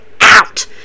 out